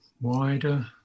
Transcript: wider